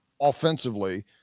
offensively